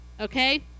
okay